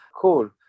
Cool